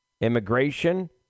immigration